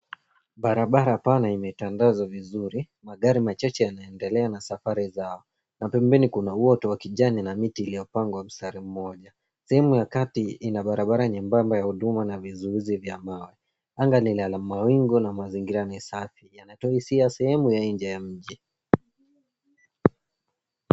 Barabara pana imeitandazwa vizuri. Magari machache yanaendelea na safari zao na pembeni kuna uoto wa kijani na miti iliyopangwa mstari mmoja. Sehemu ya kati ina barabara nyembamba ya huduma na vizuizi vya mawe. Anga ni la mawingu na mazingira ni safi. Yanatoa hisia ya sehemu ya nje ya mji.